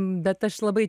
bet aš labai